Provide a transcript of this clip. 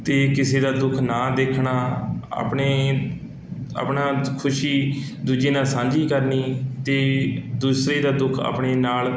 ਅਤੇ ਕਿਸੇ ਦਾ ਦੁੱਖ ਨਾ ਦੇਖਣਾ ਆਪਣੇ ਆਪਣਾ ਖੁਸ਼ੀ ਦੂਜੇ ਨਾਲ਼ ਸਾਂਝੀ ਕਰਨੀ ਅਤੇ ਦੂਸਰੇ ਦਾ ਦੁੱਖ ਆਪਣੇ ਨਾਲ਼